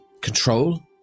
control